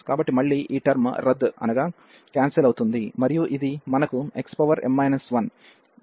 కాబట్టి మళ్ళీ ఈ టర్మ్ రద్దు అవుతుంది మరియు ఇది మనకు xm 1 x→1గా ఉంటుంది